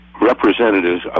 representatives